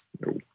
No